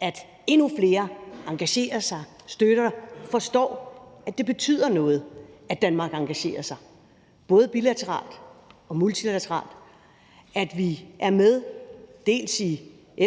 at endnu flere engagerer sig, støtter det og forstår, at det betyder noget, at Danmark engagerer sig både bilateralt og multilateralt, at vi er med i